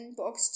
box